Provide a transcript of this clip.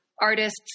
artists